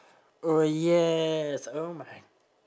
oh yes oh my